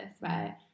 Right